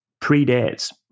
predates